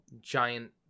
giant